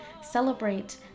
celebrate